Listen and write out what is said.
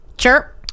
Sure